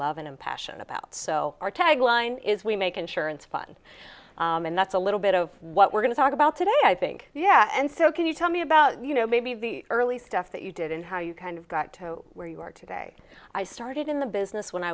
love and passion about so our tagline is we make insurance fun and that's a little bit of what we're going to talk about today i think yeah and so can you tell me about you know maybe the early stuff that you did and how you kind of got to where you are today i started in the business when i